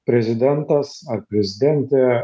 prezidentas ar prezidentė